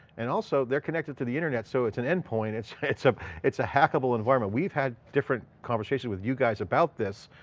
and also they're connected to the internet. so it's an endpoint. it's it's ah a hackable environment. we've had different conversation with you guys about this.